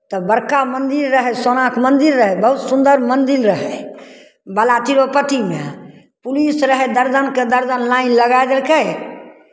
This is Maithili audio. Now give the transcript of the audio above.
तऽ बड़का मन्दिर रहय सोनाके मन्दिर रहय बहुत सुन्दर मन्दिर रहय बाला तिरुपतिमे पुलिस रहय दरजनके दरजन लाइन लगाय देलकै